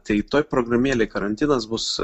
tai toj programėlėj karantinas bus